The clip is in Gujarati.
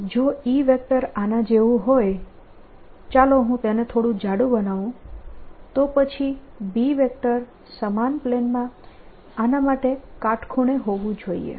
તેથી જો E વેક્ટર આના જેવું હોય ચાલો હું તેને થોડુ જાડુ બનાવું તો પછી B વેક્ટર સમાન પ્લેનમાં આના માટે કાટખૂણે હોવું જોઈએ